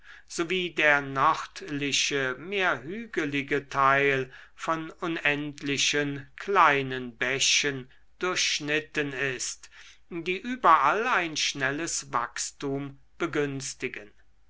wie der nördliche mehr hügelige teil von unendlichen kleinen bächen durchschnitten ist die überall ein schnelles wachstum begünstigen